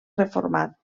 reformat